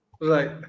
Right